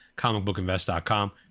comicbookinvest.com